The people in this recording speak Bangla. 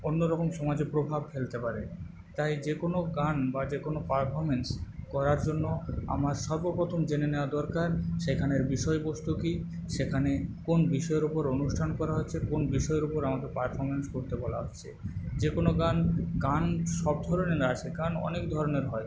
অন্যরকম সমাজে প্রভাব ফেলতে পারে তাই যেকোনো গান বা যেকোনো পারফমেন্স করার জন্য আমার সর্বপ্রথম জেনে নেওয়া দরকার সেখানের বিষয়বস্তু কী সেখানে কোন বিষয়ের ওপর অনুষ্ঠান করা হচ্ছে কোন বিষয়ের ওপর আমাকে পারফমেন্স করতে বলা হচ্ছে যেকোনো গান গান সবধরনের আছে গান অনেক ধরনের হয়